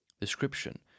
description